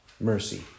Mercy